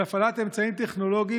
של הפעלת אמצעים טכנולוגיים